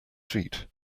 feet